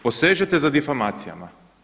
Posežete za difamacijama.